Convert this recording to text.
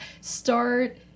start